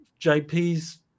JP's